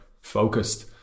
focused